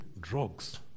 drugs